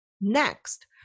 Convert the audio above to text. Next